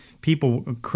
people